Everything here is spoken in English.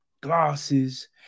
Glasses